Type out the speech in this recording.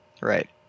Right